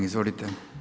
Izvolite.